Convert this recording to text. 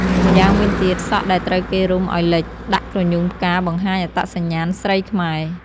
ម្យ៉ាងវិញទៀតសក់ដែលត្រូវគេរុំអោយលិចដាក់ក្រញូងផ្កាបង្ហាញអត្តសញ្ញាណស្រីខ្មែរ។